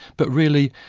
but really,